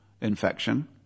infection